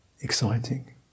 exciting